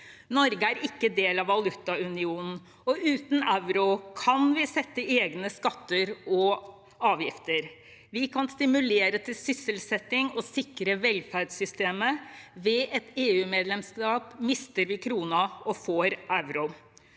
Norge er ikke en del av valutaunionen, og uten euro kan vi sette egne skatter og avgifter. Vi kan stimulere til sysselsetting og sikre velferdssystemet. Ved et EU-medlemskap mister vi kronen og får euroen.